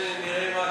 נראה מה קורה.